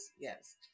yes